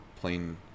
plain